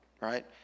Right